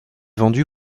vendu